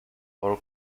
our